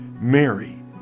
Mary